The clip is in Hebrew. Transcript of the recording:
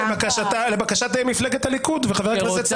אין הצבעה לבקשת מפלגת הליכוד וחבר הכנסת סעדה.